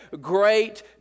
great